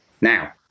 Now